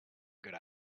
good